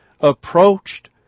approached